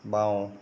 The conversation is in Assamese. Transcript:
বাওঁ